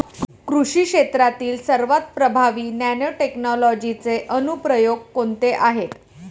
कृषी क्षेत्रातील सर्वात प्रभावी नॅनोटेक्नॉलॉजीचे अनुप्रयोग कोणते आहेत?